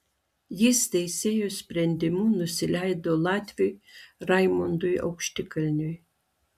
jis teisėjų sprendimu nusileido latviui raimondui aukštikalniui